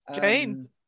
Jane